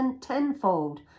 tenfold